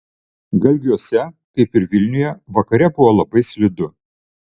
galgiuose kaip ir vilniuje vakare buvo labai slidu